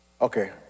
Okay